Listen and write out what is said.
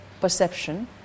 perception